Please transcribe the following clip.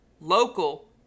local